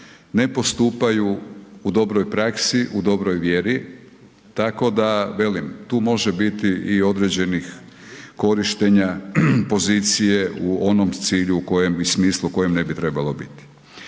ne postupaju u dobroj praksi, u dobroj vjeri tako da velim, tu može biti i određenih korištenja pozicije u onom cilju i smislu u kojem ne bi trebalo biti.